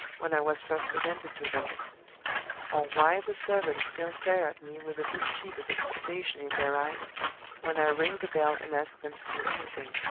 when i was first presented to them or why the servants still stare at me with a mischievous expectation in their eyes when i ring the bell and ask them to do anything.